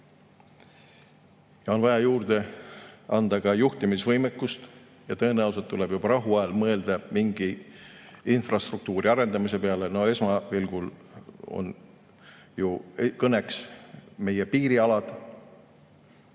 ja on vaja juurde ka juhtimisvõimekust. Tõenäoliselt tuleb juba rahuajal mõelda mingi infrastruktuuri arendamise peale. Esmapilgul on ju kõne all meie piirialad.